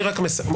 אני רק אומר,